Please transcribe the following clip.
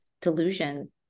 delusion